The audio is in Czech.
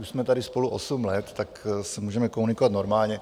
Už jsme tady spolu osm let, tak můžeme komunikovat normálně.